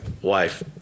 wife